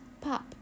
Pop